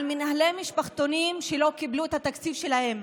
על מנהלי משפחתונים שלא קיבלו את התקציב שלהם,